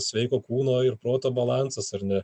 sveiko kūno ir proto balansas ar ne